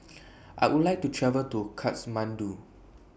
I Would like to travel to Kathmandu